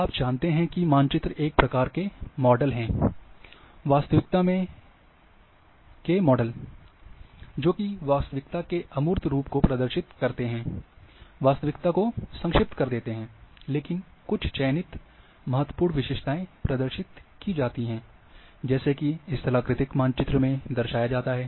आप जानते ही हैं कि मानचित्र एक प्रकार के मॉडल हैं या वास्तविकता के मॉडल हैं ज़ो कि वास्तविकता के अमूर्त रूप को प्रदर्शित करते हैं वास्तविकता को संक्षिप्त कर देते हैं केवल कुछ चयनित महत्वपूर्ण विशेषताएँ प्रदर्शित की जाती हैं जैसे कि स्थलाकृतिक मानचित्र में दर्शाया जाता है